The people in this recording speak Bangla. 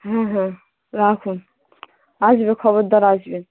হ্যাঁ হ্যাঁ রাখুন আসবে খবরদার আসবে